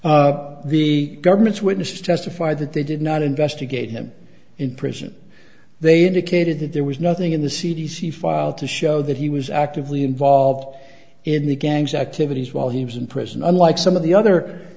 prison the government's witness testified that they did not investigate him in prison they indicated that there was nothing in the c d c file to show that he was actively involved in the gangs activities while he was in prison unlike some of the other